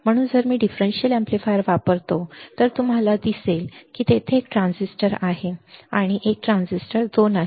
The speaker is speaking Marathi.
म्हणून जर मी डिफरेंशियल एम्पलीफायर वापरतो तर तुम्हाला दिसेल की तेथे एक ट्रान्झिस्टर आहे आणि एक ट्रान्झिस्टर 2 आहे